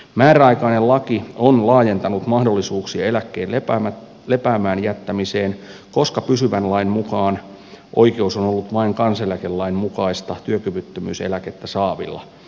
määräaikainen laki on laajentanut mahdollisuuksia eläkkeen lepäämään jättämiseen koska pysyvän lain mukaan oikeus on ollut vain kansaneläkelain mukaista työkyvyttömyyseläkettä saavilla